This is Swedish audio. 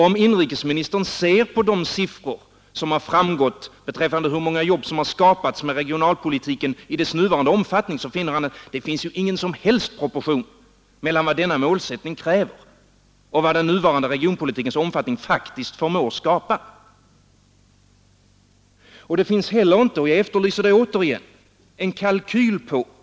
Om inrikesministern ser på de siffror som har kommit fram över hur många jobb som har skapats med regionalpolitiken i dess nuvarande omfattning, finner han att det inte finns någon som helst proportion mellan vad denna målsättning kräver och vad den nuvarande regionpolitikens omfattning faktiskt förmår skapa. Det finns heller inte — och jag efterlyser det återigen — en kalkyl över detta.